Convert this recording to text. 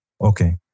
Okay